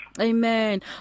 Amen